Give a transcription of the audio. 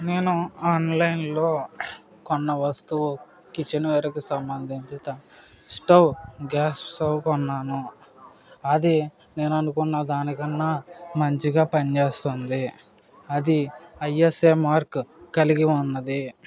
నేను ఆన్లైన్లో కొన్న వస్తువు కిచెన్ వేర్కు సంబంధిత స్టవ్ గ్యాస్ స్టవ్ కొన్నాను అది నేను అనుకున్న దాని కన్నా మంచిగా పని చేస్తుంది అది ఐఎస్ఐ మార్క్ కలిగి ఉన్నది